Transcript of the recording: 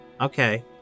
okay